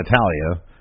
Natalia